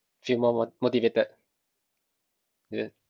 drink more wat~ motivated is it